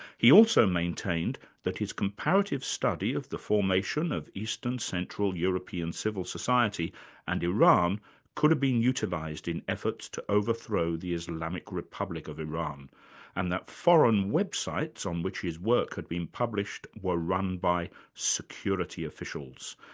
he also maintained that his comparative study of the formation of east and central european civil society and iran could have been utilised in efforts to overthrow the islamic republic of iran and that foreign websites on which his work had been published were run by security officials,